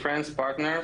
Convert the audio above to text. (תרגום חופשי מהשפה האנגלית):